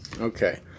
Okay